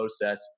process